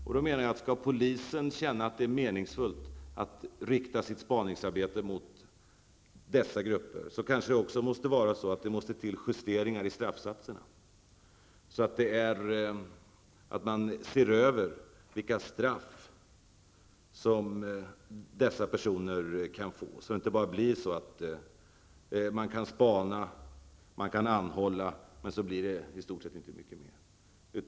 Om polisen skall uppleva det som meningsfullt att sätta in sitt spaningsarbete mot dessa människor, måste det kanske till justeringar i straffsatserna. Man borde se över vilka straff som är lämpliga att utdöma för dessa personer, så att inte polisen spanar och åklagaren anhåller utan att det blir så mycket mer.